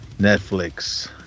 Netflix